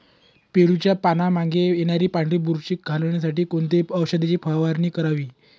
पेरूच्या पानांमागे येणारी पांढरी बुरशी घालवण्यासाठी कोणत्या औषधाची फवारणी करावी?